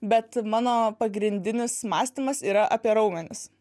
bet mano pagrindinis mąstymas yra apie raumenis